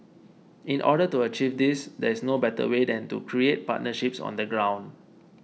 in order to achieve this these is no better way than to create partnerships on the ground